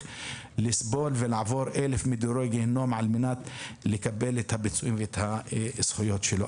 לסבול ולעבור מדורי גיהינום על-מנת לקבל את הפיצויים ואת הזכויות שלו.